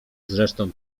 zresztą